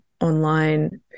online